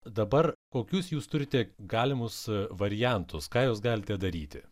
dabar kokius jūs turite galimus variantus ką jūs galite daryti